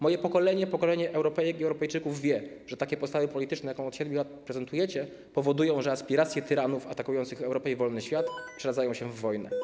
Moje pokolenie, pokolenie Europejek i Europejczyków, wie, że takie postawy polityczne, jakie od 7 lat prezentujecie, powodują, że aspiracje tyranów atakujących Europę i wolny świat przeradzają się w wojnę.